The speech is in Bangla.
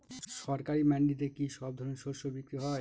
সরকারি মান্ডিতে কি সব ধরনের শস্য বিক্রি হয়?